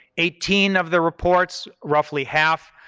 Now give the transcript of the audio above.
eighteen of the reports, roughly half,